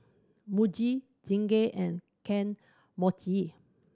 Muji Chingay and Kane Mochi